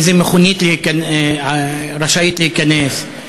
איזו מכונית רשאית להיכנס,